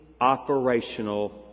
operational